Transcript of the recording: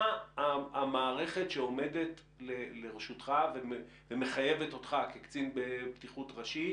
מה המערכת שעומדת לרשותך ומחייבת אותך כקצין בטיחות ראשי